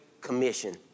commission